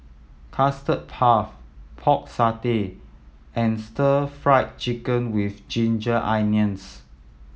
Custard Puff Pork Satay and Stir Fried Chicken With Ginger Onions